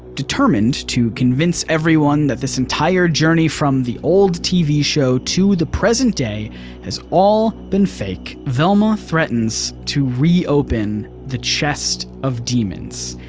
determined to convince everyone that this entire journey from the old tv show to the present day has all been fake, velma threatens to reopen the chest of demons.